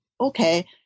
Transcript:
Okay